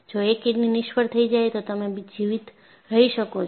જો એક કિડની નિષ્ફળ થઈ જાય તો પણ તમે જીવિત રહી શકો છો